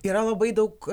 yra labai daug